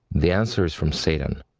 the answer is from satan.